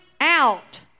out